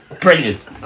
Brilliant